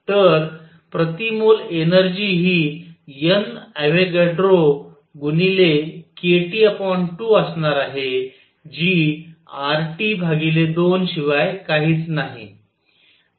तर प्रति मोल एनर्जी हि N अवोगाड्रो गुणिले kT2 असणार आहे जी RT2 शिवाय काहीच नाही